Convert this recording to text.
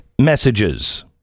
messages